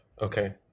Okay